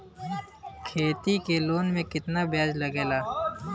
खेती के लोन में कितना ब्याज लगेला?